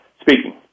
speaking